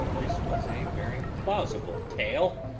this was a very plausible tale,